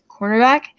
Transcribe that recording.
cornerback